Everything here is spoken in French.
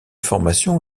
formations